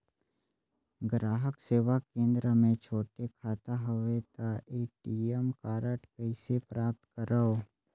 ग्राहक सेवा केंद्र मे छोटे खाता हवय त ए.टी.एम कारड कइसे प्राप्त करव?